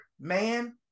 man